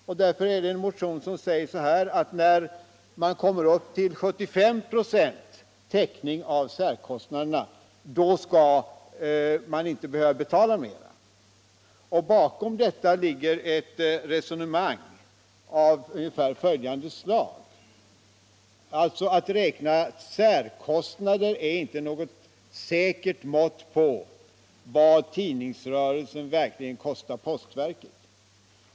Mot denna bakgrund framhålls i en motion att när man kommer upp till 75 96 täckning av särkostnaderna skall man inte behöva betala mera. Bakom detta ligger ett resonemang av ungefär följande slag: Att räkna särkostnader ger inte något säkert mått på vad tidningsrörelsen verkligen kostar postverket.